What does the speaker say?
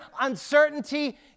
uncertainty